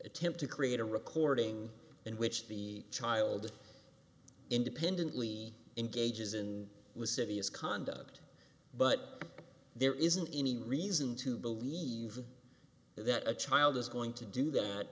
attempt to create a recording in which the child independently engages in was city is conduct but there isn't any reason to believe that a child is going to do that